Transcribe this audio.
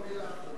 לא בילפנו.